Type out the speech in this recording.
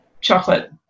chocolate